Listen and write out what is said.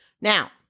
Now